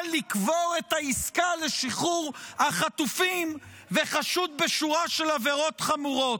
לקבור את העסקה לשחרור החטופים וחשוד בשורה של עבירות חמורות?